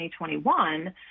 2021